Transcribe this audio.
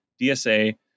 DSA